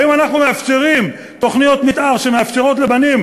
האם אנחנו מאפשרים תוכניות מתאר שמאפשרות לבנים